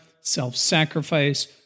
self-sacrifice